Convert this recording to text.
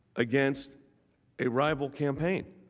against arrival campaign.